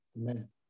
Amen